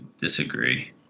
disagree